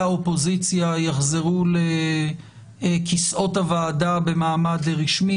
האופוזיציה יחזרו לכיסאות הוועדה במעמד רשמי.